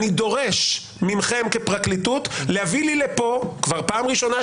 אני דורש מכם כפרקליטות להביא לי לכאן כבר פעם ראשונה,